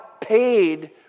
paid